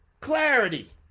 clarity